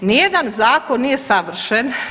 Ni jedan zakon nije savršen.